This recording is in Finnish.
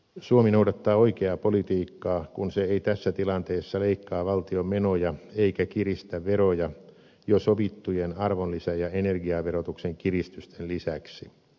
suomi noudattaa oikeaa politiikkaa kun se ei tässä tilanteessa leikkaa valtion menoja eikä kiristä veroja jo sovittujen arvonlisä ja energiaverotuksen kiristysten lisäksi